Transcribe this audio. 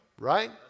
right